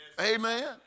Amen